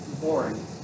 boring